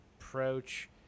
approach